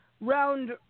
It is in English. Round